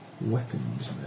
weapons